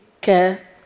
care